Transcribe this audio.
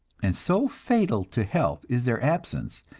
and so fatal to health is their absence,